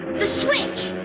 the switch.